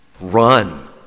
Run